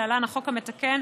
להלן: החוק המתקן,